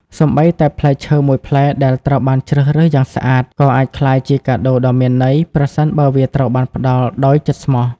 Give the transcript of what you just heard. សូម្បីតែផ្លែឈើមួយផ្លែដែលត្រូវបានជ្រើសរើសយ៉ាងស្អាត ក៏អាចក្លាយជាកាដូដ៏មានន័យ ប្រសិនបើវាត្រូវបានផ្ដល់ឱ្យដោយចិត្តស្មោះ។